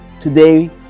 Today